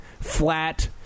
flat